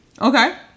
Okay